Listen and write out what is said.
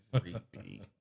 creepy